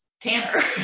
tanner